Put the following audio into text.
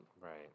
Right